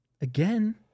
again